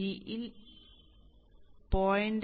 d ൽ 0